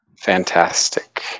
fantastic